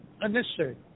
unnecessary